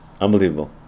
unbelievable